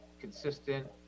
consistent